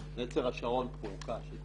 נצר השרון פורקה.